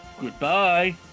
Goodbye